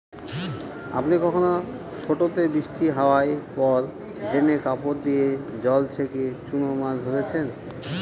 আপনি কখনও ছোটোতে বৃষ্টি হাওয়ার পর ড্রেনে কাপড় দিয়ে জল ছেঁকে চুনো মাছ ধরেছেন?